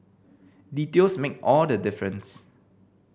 details make all the difference